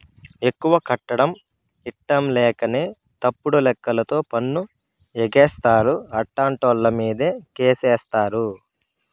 ఎక్కువ కట్టడం ఇట్టంలేకనే తప్పుడు లెక్కలతో పన్ను ఎగేస్తారు, అట్టాంటోళ్ళమీదే కేసేత్తారు